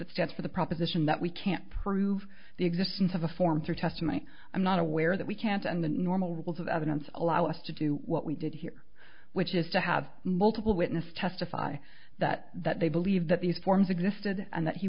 to the proposition that we can't prove the existence of a form through testimony i'm not aware that we can't and the normal rules of evidence allow us to do what we did here which is to have multiple witnesses testify that they believe that these forms existed and that he